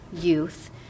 youth